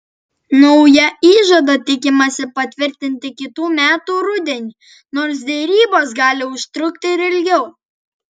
naują iždą tikimasi patvirtinti kitų metų rudenį nors derybos gali užtrukti ir ilgiau